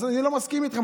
אז אני לא מסכים איתכם,